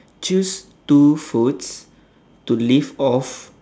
choose two foods to live off